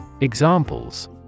Examples